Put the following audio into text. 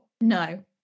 No